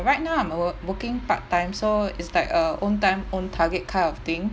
right now I'm work working part time so it's like a own time own target kind of thing